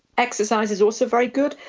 exercise is also very good,